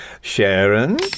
Sharon